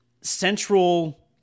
central